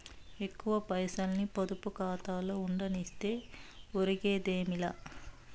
ఎక్కువ పైసల్ని పొదుపు కాతాలో ఉండనిస్తే ఒరిగేదేమీ లా